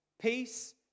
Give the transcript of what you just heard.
peace